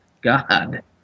God